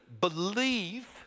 believe